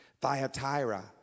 Thyatira